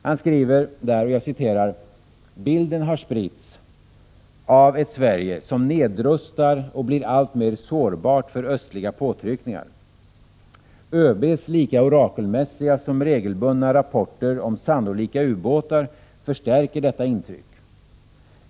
Han skriver där: ”Bilden har spritts av ett Sverige som nedrustar och blir alltmer sårbart för östliga påtryckningar. ÖB:s lika orakelmässiga som regelbundna rapporter om sannolika ubåtar förstärker detta intryck.